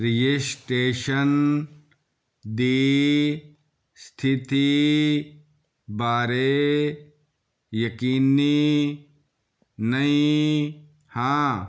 registration ਦੀ ਸਥਿਤੀ ਬਾਰੇ ਯਕੀਨੀ ਨਹੀਂ ਹਾਂ